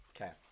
okay